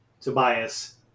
Tobias